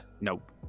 Nope